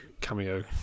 cameo